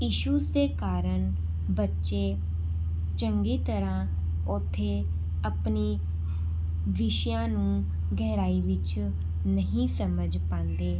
issues ਦੇ ਕਾਰਨ ਬੱਚੇ ਚੰਗੀ ਤਰ੍ਹਾਂ ਉੱਥੇ ਆਪਣੇ ਵਿਸ਼ਿਆਂ ਨੂੰ ਗਹਿਰਾਈ ਵਿੱਚ ਨਹੀਂ ਸਮਝ ਪਾਉਂਦੇ